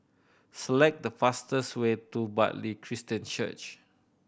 select the fastest way to Bartley Christian Church